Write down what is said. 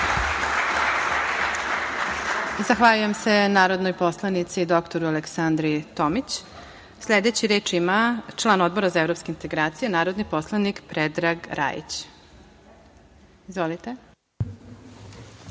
Zahvaljujem se narodnoj poslanici, dr Aleksandri Tomić. Sledeći reč ima član Odbora za evropske integracije, narodni poslanik Predrag Rajić. Izvolite.